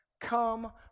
come